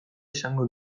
izango